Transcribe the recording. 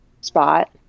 spot